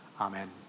Amen